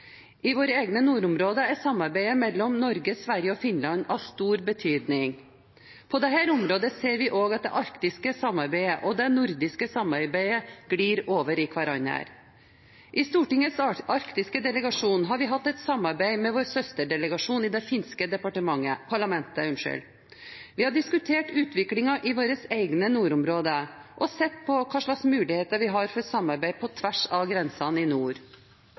I våre egne nordområder er samarbeidet mellom Norge, Sverige og Finland av stor betydning. På dette området ser vi også at det arktiske samarbeidet og det nordiske samarbeidet glir over i hverandre. I Stortingets arktiske delegasjon har vi hatt et samarbeid med vår søsterdelegasjon i det finske parlamentet. Vi har diskutert utviklingen i våre egne nordområder og sett på hvilke muligheter vi har for samarbeid på tvers av grensene i nord.